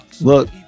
look